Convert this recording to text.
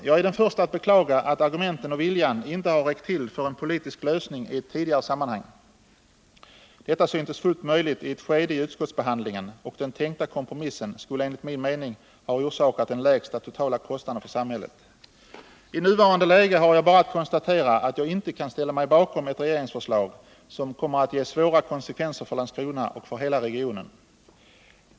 Jag är den förste att beklaga att argumenten och viljan inte har räckt till för en politisk lösning i ett tidigare sammanhang. Det syntes i ett skede av utskottsbehandlingen fullt möjligt att uppnå en lösning, och den tänkta kompromissen skulle enligt min mening ha orsakat den lägsta totala kostnaden för samhället. I nuvarande läge har jag bara att konstatera att jag inte kan ställa mig bakom ett regeringsförslag som kommer att ge svåra konsekvenser för Landskrona kommun och för hela regionen.